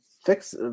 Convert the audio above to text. Fix